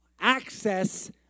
access